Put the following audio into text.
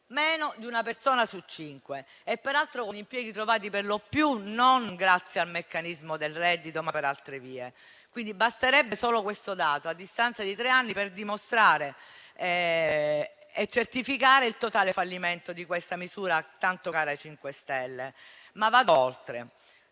meno di una persona su cinque, peraltro con impieghi trovati per lo più non grazie al meccanismo del reddito, ma per altre vie. Basterebbe solo questo dato, a distanza di tre anni, per dimostrare e certificare il totale fallimento di questa misura tanto cara ai 5 Stelle. Ma vado oltre.